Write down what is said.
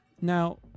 now